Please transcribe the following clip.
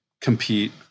compete